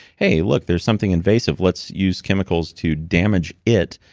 hey, look, there's something invasive. let's use chemicals to damage it,